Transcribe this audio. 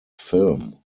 film